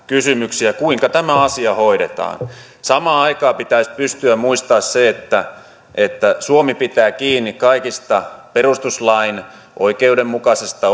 kysymyksiä kuinka tämä asia hoidetaan samaan aikaan pitäisi pystyä muistamaan se että että suomi pitää kiinni kaikista perustuslain oikeudenmukaisista